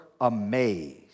amazed